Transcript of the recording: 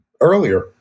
earlier